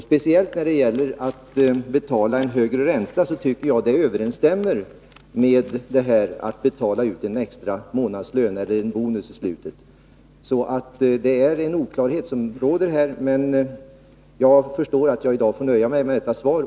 Speciellt metoden att betala en högre ränta tycker jag överensstämmer med förfarandet att betala en extra månadslön eller bonus i slutet av året. Det råder således oklarheter på denna punkt. Men jag förstår att jag i dag får nöja mig med detta svar.